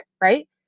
right